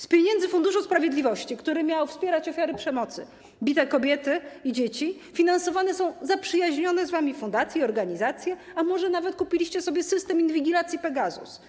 Z pieniędzy Funduszu Sprawiedliwości, który miał wspierać ofiary przemocy, bite kobiety i dzieci, finansowane są zaprzyjaźnione z wami fundacje, organizacje, a może nawet kupiliście sobie system inwigilacji Pegasus.